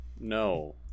No